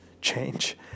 Change